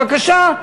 בבקשה,